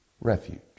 refuge